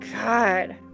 god